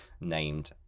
named